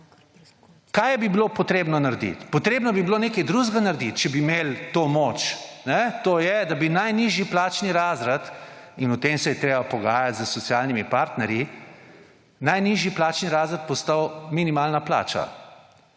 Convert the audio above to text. Kaj bi bilo treba narediti? Treba bi bilo nekaj drugega narediti, če bi imeli to moč. To je, da bi najnižji plačni razred − in o tem se je treba pogajati s socialnimi partnerji − postal minimalna plača,